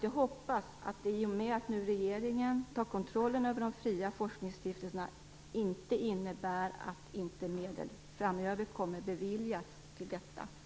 Jag hoppas att det faktum att regeringen nu tar kontrollen över de fria forskningsstiftelserna inte innebär att medel inte kommer att beviljas till detta framöver.